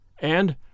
And